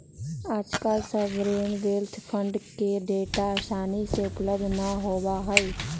आजकल sovereign wealth fund के data आसानी से उपलब्ध ना होबा हई